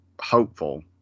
hopeful